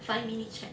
five minutes check